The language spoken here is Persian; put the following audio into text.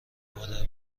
مادر